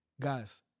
guys